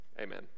Amen